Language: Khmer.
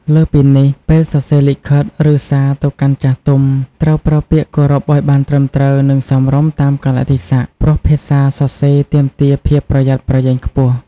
លើសពីនេះ ពេលសរសេរលិខិត ឬសារទៅកាន់ចាស់ទុំ ត្រូវប្រើពាក្យគោរពឱ្យបានត្រឹមត្រូវ និងសមរម្យតាមកាលៈទេសៈ ព្រោះភាសាសរសេរទាមទារភាពប្រយ័ត្នប្រយែងខ្ពស់។